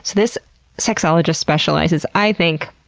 this sexologist specializes, i think,